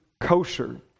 kosher